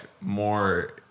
more